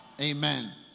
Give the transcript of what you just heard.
Amen